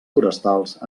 forestals